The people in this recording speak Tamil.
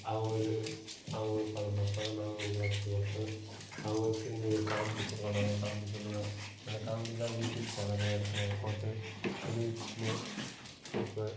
அவங்களும் அவன் ஒரு படம் பார்ப்பான் நான் ஒரு பாட்டு பார்ப்பேன் அவன் திரும்பி ஒரு காமெடி சொல்லுவான் நான் ஒரு காமெடி சொல்லுவேன் அந்த காமெடி எல்லாம் யூடியூப் சேனலில் எடுத்து போட்டு வெளியிட்டுன்னு இருப்பேன்